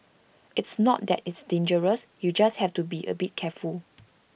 it's not that it's dangerous you just have to be A bit careful